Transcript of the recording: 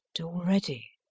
already